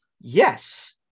Yes